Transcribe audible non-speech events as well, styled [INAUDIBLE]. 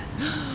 [BREATH]